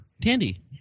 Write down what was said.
Tandy